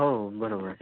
हो बरोबरं